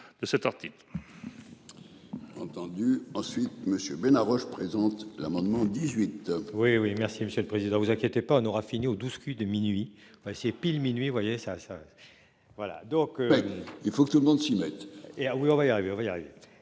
de cet article.